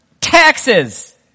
taxes